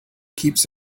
keeps